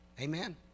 Amen